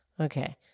Okay